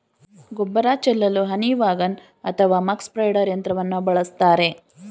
ಗೊಬ್ಬರ ಚೆಲ್ಲಲು honey wagon ಅಥವಾ ಮಕ್ ಸ್ಪ್ರೆಡ್ದರ್ ಯಂತ್ರವನ್ನು ಬಳಸ್ತರೆ